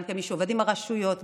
גם כמי שעובדים עם הרשויות,